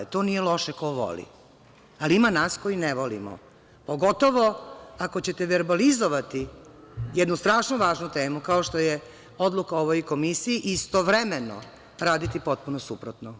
To nije loše, ko voli, ali ima nas koji ne volimo, pogotovo ako ćete verbalizovati jednu strašno važnu temu, kao što je odluka o ovoj komisiji i istovremeno raditi potpuno suprotno.